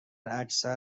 اکثر